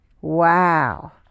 Wow